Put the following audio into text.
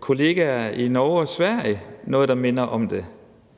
kollegaer i Norge og Sverige noget, der minder om det,